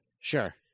sure